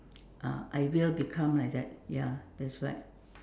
uh I will become like that ya that's right